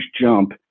jump